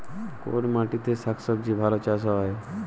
কোন মাটিতে শাকসবজী ভালো চাষ হয়?